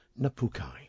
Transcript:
Napukai